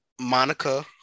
Monica